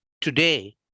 today